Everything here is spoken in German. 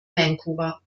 vancouver